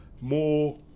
More